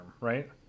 right